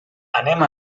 anem